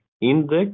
index